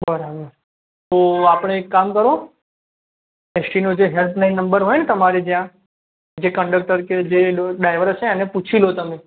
બરાબર તો આપણે એક કામ કરો એસટીનો જે હેલ્પલાઈન નંબર હોય તમારે ત્યાં જે કંડક્તર કે જે ડાઇવર હશે એને પૂછી લો તમે